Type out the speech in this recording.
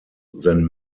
than